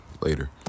later